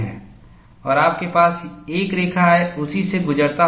और आपके पास एक रेखा है उसी से गुजरता हुआ